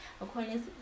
according